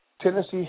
Tennessee